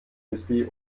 müsli